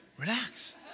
Relax